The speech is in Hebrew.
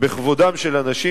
בכבודם של אנשים,